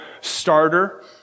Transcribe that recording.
starter